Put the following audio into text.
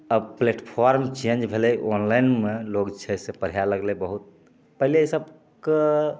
अब platform change भेलै ऑनलाइनमे लोक छै से पढ़ै लगलै बहुत पहिले एहि सबके